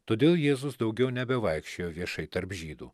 todėl jėzus daugiau nebevaikščiojo viešai tarp žydų